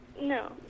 No